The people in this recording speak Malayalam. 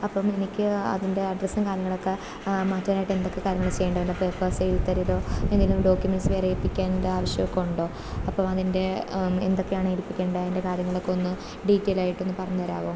അപ്പം എനിക്ക് അതിൻ്റെ അഡ്രസ്സും കാര്യങ്ങളൊക്കെ മാറ്റാനായിട്ട് എന്തൊക്കെ കാര്യങ്ങളാണ് ചെയ്യേണ്ടിവരിക പേപ്പർസ് എഴുതി തരുന്നതോ എന്തെങ്കിലും ഡോക്യുമെന്റ്സ് വരയിപ്പിക്കേണ്ട ആവശ്യമൊക്കെ ഉണ്ടോ അപ്പോൾ അതിൻ്റെ എന്തൊക്കെയാണേൽപ്പിക്കേണ്ടത് അതിൻ്റെ കാര്യങ്ങളൊക്കെയൊന്ന് ഡീറ്റെലായിട്ടൊന്ന് പറഞ്ഞുതരാമോ